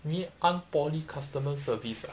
ngee ann poly customer service